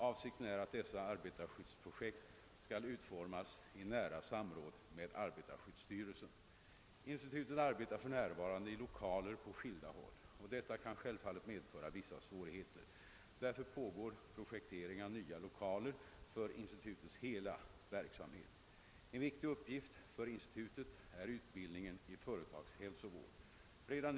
Avsikten är att dessa arbetarskyddsprojekt skall utformas i nära samråd med arbetarskyddsstyrelsen. Institutet arbetar för närvarande i lokaler på skilda håll, och detta kan självfallet medföra vissa svårigheter. Därför pågår projektering av nya lokaler för institutets hela verksamhet. En viktig uppgift för institutet är utbildningen i företagshälsovård. Redan.